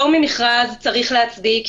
פטור ממכרז צריך להצדיק,